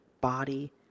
body